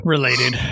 Related